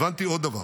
הבנתי עוד דבר.